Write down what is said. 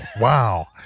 Wow